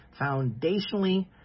foundationally